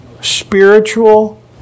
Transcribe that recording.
spiritual